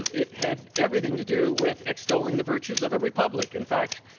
and it had everything to do with extolling the virtues of a republic. in fact,